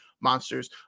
monsters